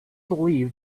believe